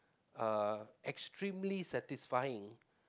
uh extremely satisfying